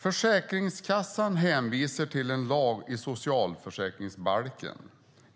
Försäkringskassan hänvisar till en lag i socialförsäkringsbalken